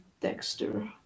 Dexter